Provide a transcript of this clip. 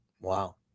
Wow